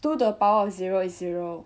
two to the power of zero is zero